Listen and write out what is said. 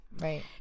right